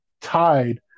tied